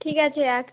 ঠিক আছে রাখছি